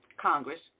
Congress